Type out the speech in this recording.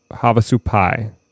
Havasupai